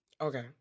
okay